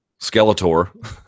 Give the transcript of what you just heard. Skeletor